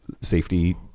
safety